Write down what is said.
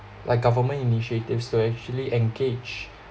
like government initiatives to actually engage